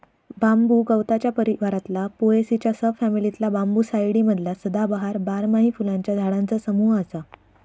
बांबू गवताच्या परिवारातला पोएसीच्या सब फॅमिलीतला बांबूसाईडी मधला सदाबहार, बारमाही फुलांच्या झाडांचा समूह असा